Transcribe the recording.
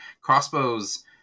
Crossbows